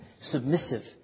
submissive